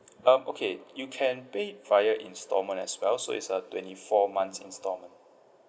um okay you can pay via installment as well so it's a twenty four months installment